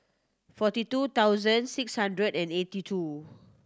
forty two thousand six hundred and eighty two